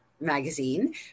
magazine